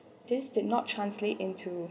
this did not translate into